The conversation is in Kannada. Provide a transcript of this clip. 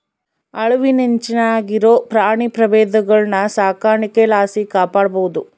ಅಳಿವಿನಂಚಿನಾಗಿರೋ ಪ್ರಾಣಿ ಪ್ರಭೇದಗುಳ್ನ ಸಾಕಾಣಿಕೆ ಲಾಸಿ ಕಾಪಾಡ್ಬೋದು